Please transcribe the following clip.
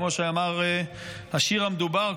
כמו שאמר השיר המדובר,